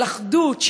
של אחדות,